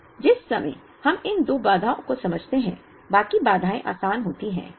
तो जिस समय हम इन दो बाधाओं को समझते हैं बाकी बाधाएं आसान होती हैं